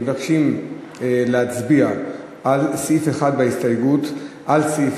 מבקשים להצביע על סעיף 1 בהסתייגות לסעיף